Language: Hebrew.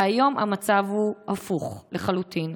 והיום המצב הוא הפוך לחלוטין.